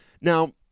Now